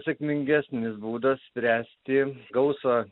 sėkmingesnis būdas spręsti gausą